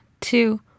two